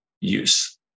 use